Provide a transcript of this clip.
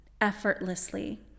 effortlessly